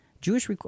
jewish